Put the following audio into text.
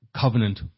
covenant